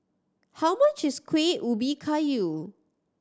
how much is Kueh Ubi Kayu